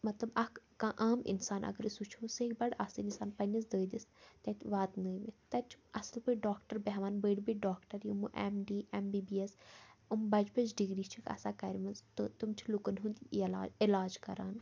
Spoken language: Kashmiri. مطلب اَکھ کانٛہہ عام اِنسان اَگر أسۍ وُچھو سُہ ہیٚکہِ بَڑٕ آسٲنی سان پننِس دٲدِس تَتہِ واتنٲوِتھ تَتہِ چھِ اصٕل پٲٹھۍ ڈاکٹَر بیٚہوان بٔڑۍ بٔڑۍ ڈاکٹَر یِمو M D M B B S یِم بَجہِ بَجہِ ڈِگری چھَکھ آسان کَرۍ مَژ تہٕ تِم چھِ لوٗکَن ہُنٛد علاج علاج کَران